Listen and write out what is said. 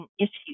issues